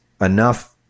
enough